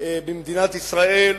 במדינת ישראל,